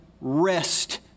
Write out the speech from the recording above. rest